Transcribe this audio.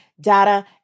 data